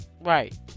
Right